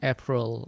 April